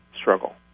struggle